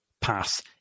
pass